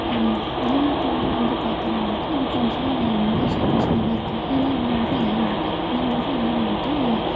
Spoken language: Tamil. வெளிநாட்டில் இருந்து வந்து பார்க்குறவங்களுக்கு இது கொஞ்சம் ரொம்ப சந்தோஷமாகவே இருக்கும் ஏன்னா அவங்க ஊரில் அதெல்லாம் நடக்காது நம்ம ஊரில் இதெல்லாம் வந்துட்டு